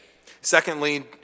Secondly